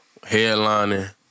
headlining